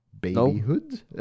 babyhood